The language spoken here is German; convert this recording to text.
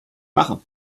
mache